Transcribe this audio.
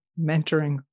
mentoring